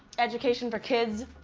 education for kids,